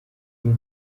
iyi